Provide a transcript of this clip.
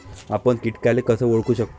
आपन कीटकाले कस ओळखू शकतो?